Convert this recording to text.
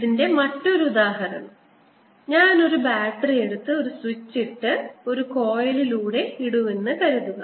ഇതിന്റെ മറ്റൊരു ഉദാഹരണം ഞാൻ ഒരു ബാറ്ററി എടുത്ത് ഒരു സ്വിച്ച് ഇട്ട് ഒരു കോയിലിലൂടെ ഇടുന്നുവെന്ന് കരുതുക